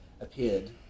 appeared